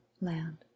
land